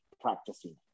practicing